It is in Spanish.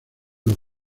los